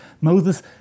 Moses